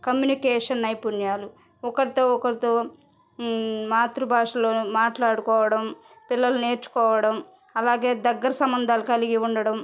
communication నైపుణ్యాలు ఒకరితో ఒకరితో మాతృభాషలో మాట్లాడుకోవడం పిల్లలు నేర్చుకోవడం అలాగే దగ్గర సంబంధాలు కలిగి ఉండడం